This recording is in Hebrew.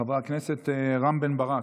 חבר הכנסת רם בן ברק.